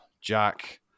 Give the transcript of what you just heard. Jack